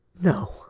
No